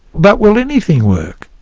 but will anything work?